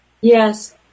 Yes